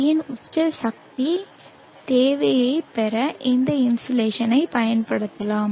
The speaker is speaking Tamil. யின் உச்ச சக்தி தேவையைப் பெற இந்த இன்சோலேஷன் பயன்படுத்தப்படலாம்